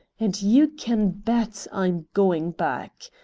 and you can bet i'm going back.